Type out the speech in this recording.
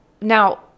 now